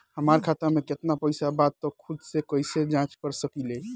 हमार खाता में केतना पइसा बा त खुद से कइसे जाँच कर सकी ले?